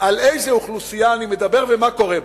על איזה אוכלוסייה אני מדבר ומה קורה בה.